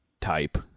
type